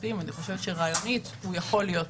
כספיים ואני חושבת שרעיונית הוא יכול להיות כאן.